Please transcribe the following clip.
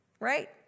right